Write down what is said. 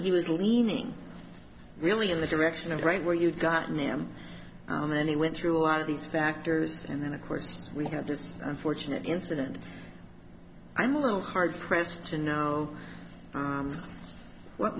was leaning really in the direction of right where you've gotten him and he went through a lot of these factors and then of course we had this unfortunate incident i'm a little hard pressed to know what